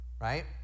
Right